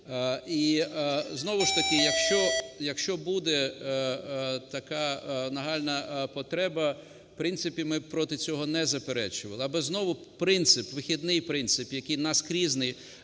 І знову ж таки, якщо буде така нагальна потреба, в принципі, ми проти цього не заперечували, аби знову принцип, вихідний принцип, який наскрізний,